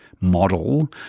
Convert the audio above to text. model